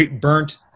burnt